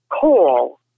coal